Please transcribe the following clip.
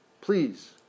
Please